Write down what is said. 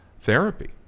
Therapy